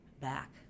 back